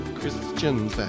Christian